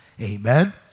Amen